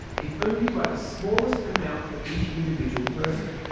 if only by the smallest amount for each individual person.